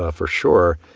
ah for sure.